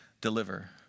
deliver